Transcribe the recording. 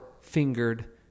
fingered